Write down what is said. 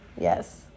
Yes